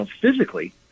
physically